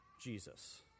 Jesus